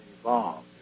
evolved